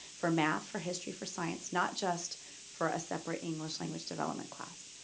for math, for history, for science, not just for a separate english language development class.